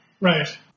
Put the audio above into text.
Right